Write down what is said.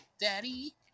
Daddy